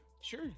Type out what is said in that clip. sure